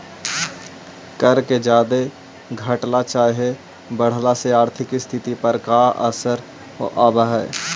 कर के जादे घटला चाहे बढ़ला से आर्थिक स्थिति पर असर आब हई